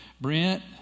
Brent